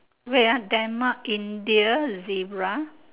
wait ah denmark india zebra